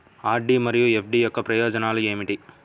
RD మరియు FD యొక్క ప్రయోజనాలు ఏమిటి?